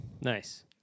Nice